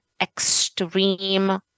extreme